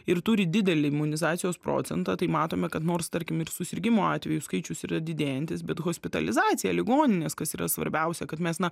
ir turi didelį imunizacijos procentą tai matome kad nors tarkim ir susirgimo atvejų skaičius yra didėjantis bet hospitalizacija ligoninės kas yra svarbiausia kad mes na